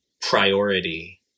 priority